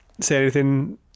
say-anything